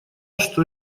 что